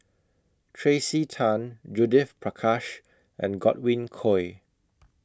Tracey Tan Judith Prakash and Godwin Koay